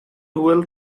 dual